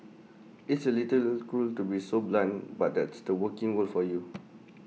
it's A little cruel to be so blunt but that's the working world for you